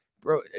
bro